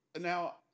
Now